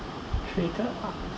treated unfairly